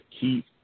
keep